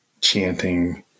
chanting